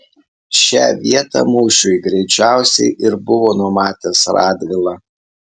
šią vietą mūšiui greičiausiai ir buvo numatęs radvila